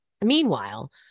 Meanwhile